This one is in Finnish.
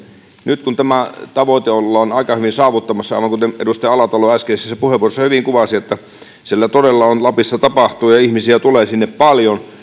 nyt kun tämä tavoite ollaan aika hyvin saavuttamassa aivan kuten edustaja alatalo äskeisessä puheenvuorossa hyvin kuvasi siellä lapissa todella tapahtuu ja ihmisiä tulee sinne paljon